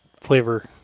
flavor